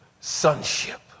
sonship